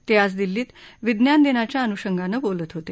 ते आज दिल्लीत विज्ञान दिनाच्या अन्षंगानं बोलत होते